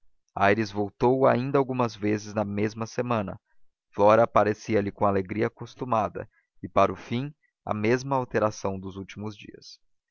aires voltou ainda algumas vezes na mesma semana flora aparecia-lhe com a alegria costumada e para o fim a mesma alteração dos últimos dias